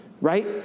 right